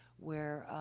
where,